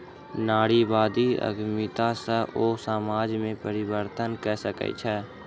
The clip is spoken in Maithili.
नारीवादी उद्यमिता सॅ ओ समाज में परिवर्तन कय सकै छै